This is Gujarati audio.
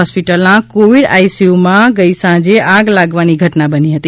હોસ્પિટલના કોવીડ આઈસીયુમાં ગત સાંજે આગ લાગવાની ઘટના બની છે